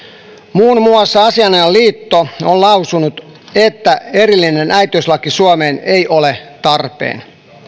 muun muassa asianajajaliitto on lausunut että erillinen äitiyslaki ei suomessa ole tarpeen